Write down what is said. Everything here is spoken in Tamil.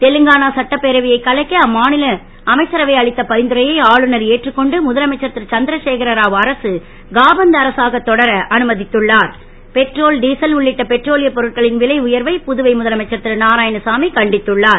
தெலுங்கானா சட்டப் பேரவையை கலைக்க அம்மா ல அமைச்சரவை அளித்த பரிந்துரையை ஆளுநர் ஏற்றுக் கொண்டு முதலமைச்சர் ரு சந் ரசேகரரா அரசு காபந்து அரசாக தொடர அனும த்துள்ளார் பெட்ரோல் டீசல் உள்ளிட்ட பெட்ரோலியப் பொருட்களின் விலை உயர்வை புதுவை முதலமைச்சர் ரு நாராயணசாமி கண்டித்துள்ளார்